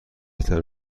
بهتر